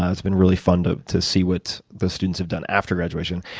ah it's been really fun to to see what those students have done after graduation.